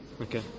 Okay